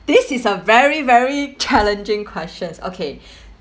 this is a very very challenging questions okay